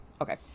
okay